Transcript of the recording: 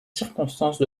circonstances